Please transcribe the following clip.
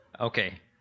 Okay